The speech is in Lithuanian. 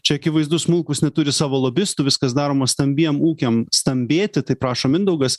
čia akivaizdu smulkūs neturi savo lobistų viskas daroma stambiem ūkiam stambėti taip rašo mindaugas